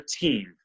team